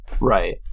right